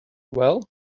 well—i